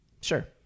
Sure